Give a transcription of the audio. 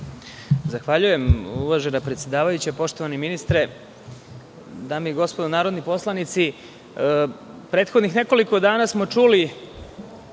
Zahvaljujem uvažena predsedavajuća, poštovani ministre, dame i gospodo narodni poslanici, prethodnih nekoliko dana smo čuli